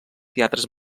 teatres